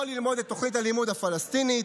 או ללמוד את תוכנית הלימוד הפלסטינית